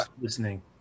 listening